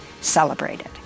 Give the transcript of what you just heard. celebrated